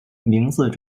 名字